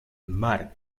mark